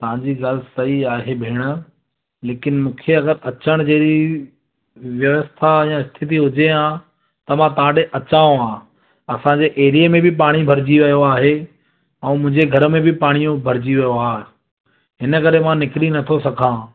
तव्हांजी ॻाल्हि सही आहे भेणु लेकिन मुखे अगरि अचण जहिड़ी व्यवस्था या स्थिती हुजे आ त मां तां ॾे अचांव आ असांजे एरिए में बि पाणी भरजी वियो आहे ऐं मुंहिंजे घर में बि पाणीअ इहो भरजी वियो आहे हिन करे मां निकरी नथो सघां